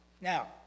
Now